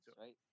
right